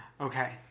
Okay